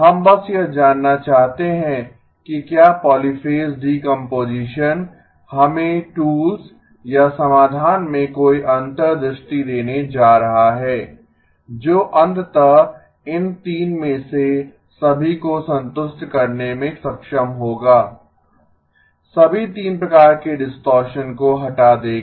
हम बस यह जानना चाहते हैं कि क्या पॉलीफ़ेज़ डीकम्पोजीशन हमें टूल्स या समाधान में कोई अंतर्दृष्टि देने जा रहा है जो अंततः इन 3 में से सभी को संतुष्ट करने में सक्षम होगा सभी 3 प्रकार के डिस्टॉरशन को हटा देगा